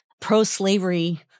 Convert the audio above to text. pro-slavery